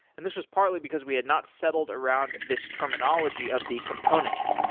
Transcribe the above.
and this was partly, because we had not settled around this terminology of the component.